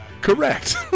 Correct